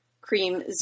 cream